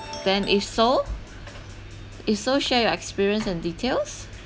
then if so if so share your experience and details